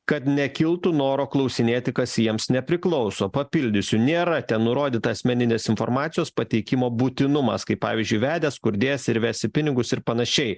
kad nekiltų noro klausinėti kas jiems nepriklauso papildysiu nėra ten nurodyta asmeninės informacijos pateikimo būtinumas kaip pavyzdžiui vedęs kur dėsi ir vesi pinigus ir panašiai